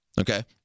Okay